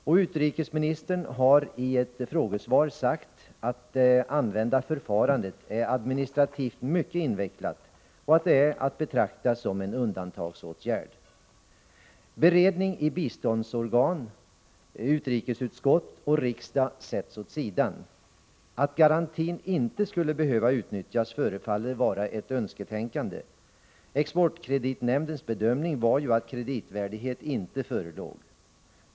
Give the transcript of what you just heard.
Och utrikesministern har i ett frågesvar sagt att det tillämpade förfarandet är administrativt mycket invecklat och att det är att betrakta som en undantagsåtgärd. Beredning i biståndsorgan, utrikesutskott och riksdag sätts åt sidan. Att garantin inte skulle behöva utnyttjas förefaller vara ett önsketänkande. Exportkreditnämndens bedömning var ju att kreditvärdighet inte förelåg.